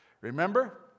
Remember